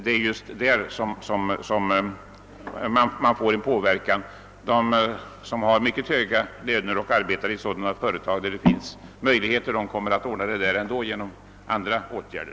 De som har mycket höga löner och arbetar i sådana företag som har möjligheter till det kommer att ordna lönehöjningen ändå genom andra åtgärder.